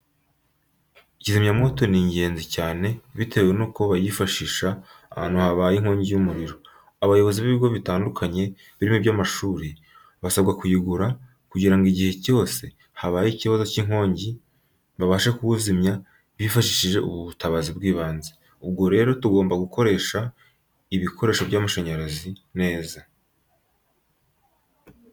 Kizimyamoto ni ingenzi cyane bitewe nuko bayifashisha ahantu habaye inkongi y'umuriro. Abayobozi b'ibigo bitandukanye birimo n'iby'amashuri, basabwa kuyigura kugira ngo igihe cyose bahuye n'iki kibazo cy'inkongi babashe kuwuzimya bifashishije ubu butabazi bw'ibanze. Ubwo rero Tugomba gukoresha ibikoresho by'amashanyarazi neza.